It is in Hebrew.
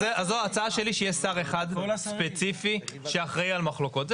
אז ההצעה שלי שיהיה שר אחד ספציפי שאחראי על מחלוקות.